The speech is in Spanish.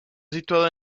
situada